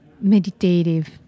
meditative